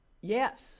Yes